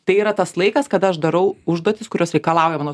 tai yra tas laikas kada aš darau užduotis kurios reikalauja mano